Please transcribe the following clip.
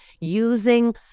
using